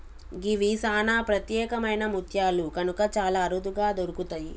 గివి సానా ప్రత్యేకమైన ముత్యాలు కనుక చాలా అరుదుగా దొరుకుతయి